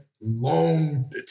long